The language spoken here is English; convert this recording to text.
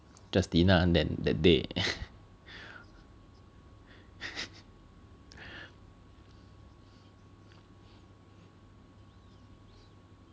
Justina that day